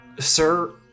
sir